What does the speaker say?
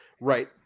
Right